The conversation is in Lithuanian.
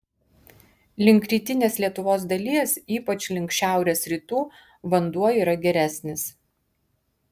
link rytinės lietuvos dalies ypač link šiaurės rytų vanduo yra geresnis